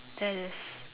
that is